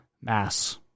Mass